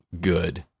good